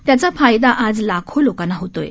त्याचा फायदा आज लाखो लोकांना होतोय